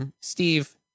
Steve